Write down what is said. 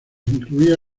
incluía